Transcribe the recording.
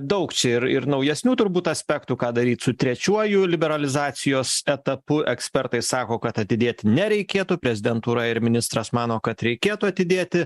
daug čia ir ir naujesnių turbūt aspektų ką daryt su trečiuoju liberalizacijos etapu ekspertai sako kad atidėt nereikėtų prezidentūra ir ministras mano kad reikėtų atidėti